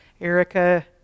Erica